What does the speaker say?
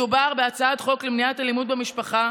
מדובר בהצעת חוק למניעת אלימות במשפחה,